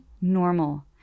normal